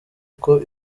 uko